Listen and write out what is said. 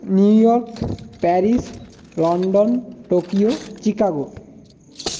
New York Paris London Tokyo Chicago